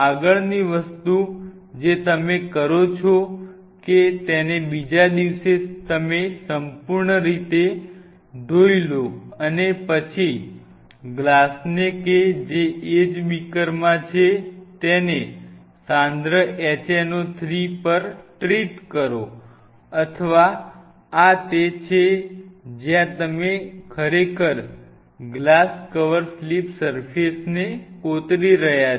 આગળની વસ્તુ જે તમે કરો છો કે તેને બીજા દિવસે તમે સંપૂર્ણપણે ધોઈ લો અને પછી ગ્લાસને કે જે એજ બિકરમાં છે તેને સાંદ્ર HNO3 પર ટ્રીટ કરો આ તે છે જ્યાં તમે ખરેખર ગ્લાસ કવર સ્લિપ સર્ફેસ ને કોતરી રહ્યા છો